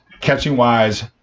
catching-wise